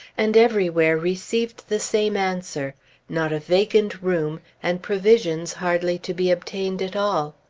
and everywhere received the same answer not a vacant room, and provisions hardly to be obtained at all.